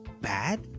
bad